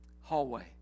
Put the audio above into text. hallway